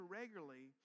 regularly